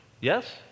yes